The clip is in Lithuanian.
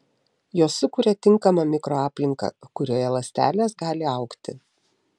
jos sukuria tinkamą mikroaplinką kurioje ląstelės gali augti